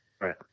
right